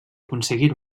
aconseguir